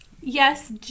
Yes